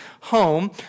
home